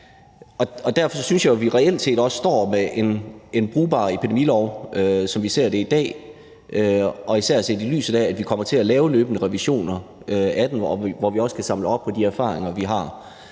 Derfor synes jeg jo, vi reelt set også står med en brugbar epidemilov, som vi ser det i dag, og især set i lyset af, at vi kommer til at lave løbende revisioner af den, hvor vi også kan samle op på de erfaringer, vi har.